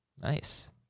Nice